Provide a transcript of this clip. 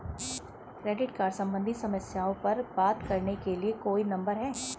Credit card सम्बंधित समस्याओं पर बात करने के लिए कोई नंबर है?